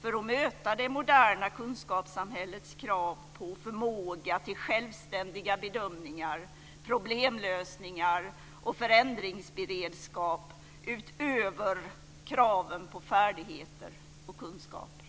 för att möta det moderna kunskapssamhällets krav på förmåga till självständiga bedömningar, problemlösningar och förändringsberedskap utöver kraven på färdigheter och kunskaper.